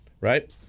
Right